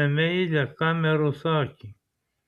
nemeilią kameros akį